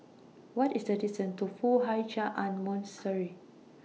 What IS The distance to Foo Hai Ch'An Monastery